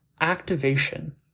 activation